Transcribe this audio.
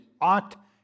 ought